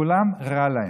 לכולם רע.